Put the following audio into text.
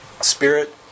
spirit